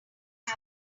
not